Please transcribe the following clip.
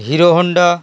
hero Honda